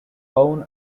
bone